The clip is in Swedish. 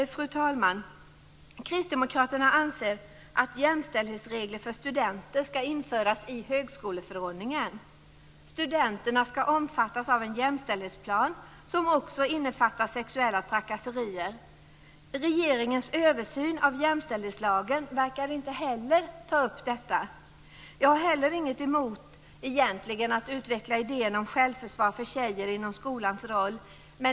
Fru talman! Kristdemokraterna anser att jämställdhetsregler för studenter ska införas i högskoleförordningen. Studenterna ska omfattas av en jämställdhetsplan som också innefattar sexuella trakasserier. Regeringens översyn av jämställdhetslagen verkar inte heller ta upp detta. Jag har egentligen inget emot att utveckla idén om självförsvar för tjejer inom skolans roll.